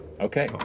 Okay